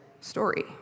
story